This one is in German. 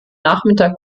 nachmittag